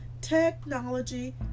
technology